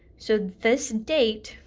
so this date,